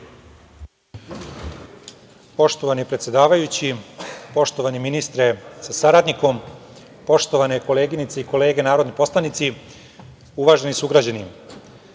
Poštovani predsedavajući, poštovani ministre sa saradnikom, poštovane koleginice i kolege narodni poslanici, uvaženi sugrađani,